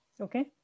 okay